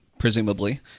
Presumably